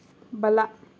ಬಲ